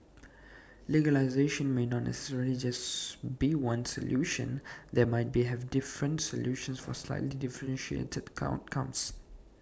legalization may not necessarily just be one solution there might be have different solutions for slightly differentiated count comes